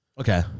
Okay